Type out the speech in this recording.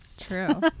True